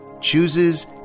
chooses